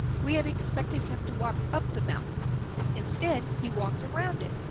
we had expected him to walk up the mountain instead, he walked around it.